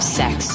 sex